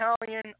Italian